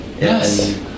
Yes